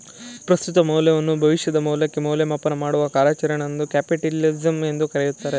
ಪ್ರಸ್ತುತ ಮೌಲ್ಯವನ್ನು ಭವಿಷ್ಯದ ಮೌಲ್ಯಕ್ಕೆ ಮೌಲ್ಯಮಾಪನ ಮಾಡುವ ಕಾರ್ಯಚರಣೆಯನ್ನು ಕ್ಯಾಪಿಟಲಿಸಂ ಎಂದು ಕರೆಯುತ್ತಾರೆ